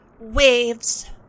waves